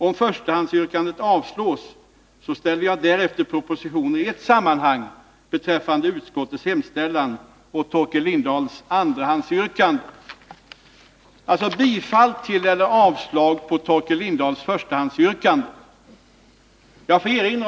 Om förstahandsyrkandet avslås ställs därefter propositioner i ett sammanhang beträffande utskottets hemställan och Torkel Lindahls andrahandsyrkande.